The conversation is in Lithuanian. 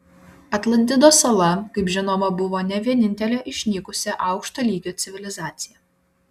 atlantidos sala kaip žinoma buvo ne vienintelė išnykusi aukšto lygio civilizacija